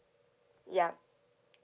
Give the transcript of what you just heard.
yup